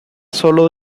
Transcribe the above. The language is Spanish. sólo